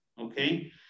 okay